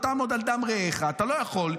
"לא תעמד על דם רעך" אתה לא יכול,